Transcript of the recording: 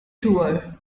tour